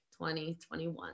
2021